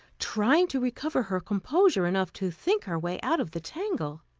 trying to recover her composure enough to think her way out of the tangle.